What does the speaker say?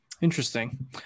Interesting